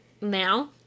Now